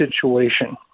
situation